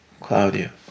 Claudia